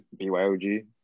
BYOG